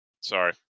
Sorry